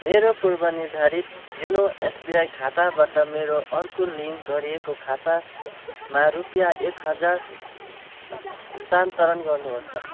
मेरो पूर्वनिर्धारित YONO SBI खाताबाट मेरो अर्को लिङ्क गरिएको खातामा रुपियाँ एक हजार स्थानान्तरण गर्नुहोस्